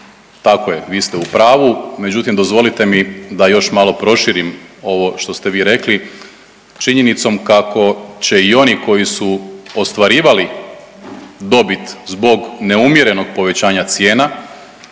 Tako je, vi ste u pravu, međutim dozvolite mi da još malo proširim ovo što ste vi rekli činjenicom kako će i oni koji su ostvarivali dobit zbog neumjerenog povećanja cijena